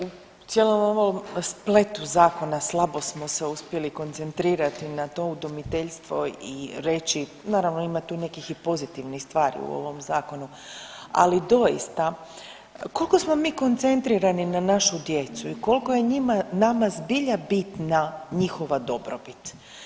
U cijelom ovom spletu zakona slabo smo se uspjeli koncentrirati na to udomiteljstvo i reći, naravno ima tu i nekih i pozitivnih stvari u ovom zakonu, ali doista koliko smo mi koncentrirani na našu djecu i koliko je njima, nama zbilja bitna njihova dobrobit.